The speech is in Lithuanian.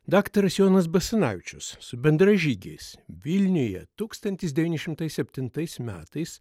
daktaras jonas basanavičius su bendražygiais vilniuje tūkstantis devyni šimtai septintais metais